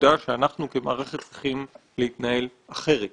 העובדה שאנחנו כמערכת צריכים להתנהל אחרת